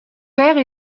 père